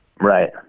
right